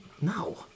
No